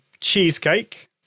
cheesecake